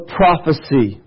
prophecy